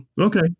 Okay